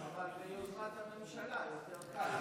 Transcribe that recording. אבל ביוזמת הממשלה יותר קל.